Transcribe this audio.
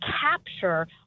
capture